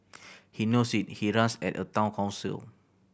he knows it he runs at a Town Council